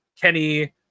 Kenny